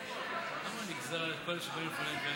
למוסד מתנדב לשירות הציבור).